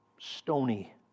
stony